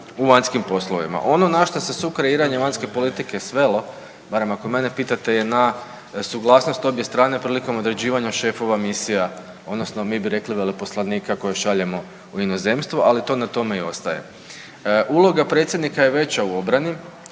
u vanjskim poslovima. Ono na što se sukreiranje vanjske politike svelo, barem ako mene pitate je na suglasnost obje strane prilikom određivanja šefova misija odnosno mi bi rekli veleposlanika koje šaljemo u inozemstvo, ali to na tome i ostaje. Uloga predsjednika je veća u obrani,